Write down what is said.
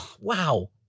wow